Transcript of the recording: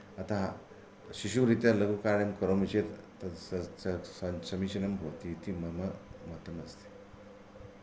अतः शिशुरीत्या लघुकार्यं करोमि चेत् तत् समीचिनं भवतीति मम मतम् अस्ति